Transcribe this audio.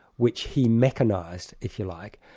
which he mechanized if you like,